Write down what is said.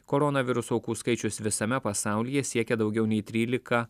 koronaviruso aukų skaičius visame pasaulyje siekia daugiau nei trylika